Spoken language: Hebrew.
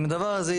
אם נדבר על זה,